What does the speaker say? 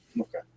Okay